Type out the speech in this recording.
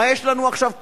מה יש לנו עכשיו?